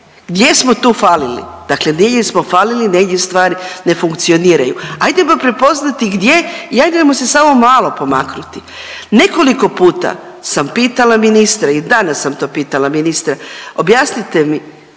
Gdje smo tu falili? Dakle, negdje smo falili, negdje stvari ne funkcioniraju. Ajdemo prepoznati gdje i ajdemo se samo malo pomaknuti. Nekoliko puta sam pitala ministra i danas sam to pitala ministra, objasnite mi,